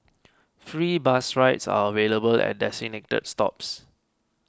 free bus rides are available at designated stops